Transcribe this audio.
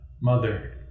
mother